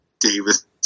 Davis